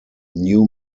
new